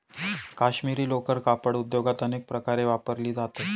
काश्मिरी लोकर कापड उद्योगात अनेक प्रकारे वापरली जाते